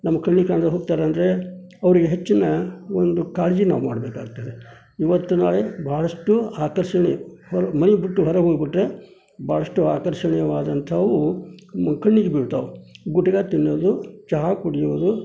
ನಮ್ಮ ಕಣ್ಣಿಗೆ ಕಾಣದೇ ಹೋಗ್ತಾರಂದರೆ ಅವ್ರಿಗೆ ಹೆಚ್ಚಿನ ಒಂದು ಕಾಳಜಿ ನಾವು ಮಾಡಬೇಕಾಗ್ತದೆ ಇವತ್ತು ನಾಳೆ ಭಾಳಷ್ಟು ಆಕರ್ಷಣೆ ಮನೆ ಬಿಟ್ಟು ಹೊರಗೋಗ್ಬಿಟ್ಟರೆ ಭಾಳಷ್ಟು ಆಕರ್ಷಣೀಯವಾದಂಥವು ನಮ್ಮ ಕಣ್ಣಿಗೆ ಬೀಳ್ತಾವೆ ಗುಟ್ಕಾ ತಿನ್ನೋದು ಚಹಾ ಕುಡಿಯೋದು